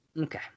Okay